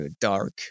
dark